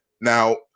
Now